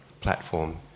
platform